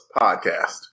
podcast